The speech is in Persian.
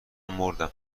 مردم